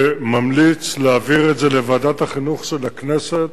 ואני ממליץ להעביר את זה לוועדת החינוך של הכנסת